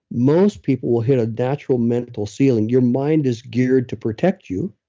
most people will hit a natural mental ceiling. your mind is geared to protect you.